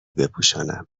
بپوشانم